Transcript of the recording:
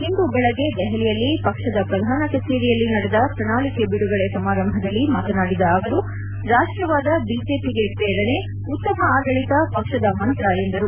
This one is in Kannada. ಇಂದು ಬೆಳಗ್ಗೆ ದೆಹಲಿಯಲ್ಲಿ ಪಕ್ಷದ ಪ್ರಧಾನ ಕಚೇರಿಯಲ್ಲಿ ನಡೆದ ಪ್ರಣಾಳಕೆ ಬಿಡುಗಡೆ ಸಮಾರಂಭದಲ್ಲಿ ಮಾತನಾಡಿದ ಅವರು ರಾಷ್ಷವಾದ ಬಿಜೆಪಿಗೆ ಪ್ರೇರಣೆ ಉತ್ತಮ ಆಡಳಿತ ಪಕ್ಷದ ಮಂತ್ರ ಎಂದರು